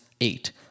eight